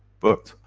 but,